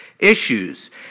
Issues